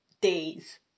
days